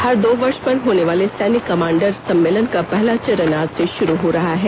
हर दो वर्ष पर होने वाले सैन्य कमांडर सम्मेलन का पहला चरण आज से शुरू हो रहा है